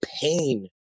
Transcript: pain